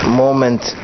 moment